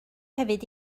hefyd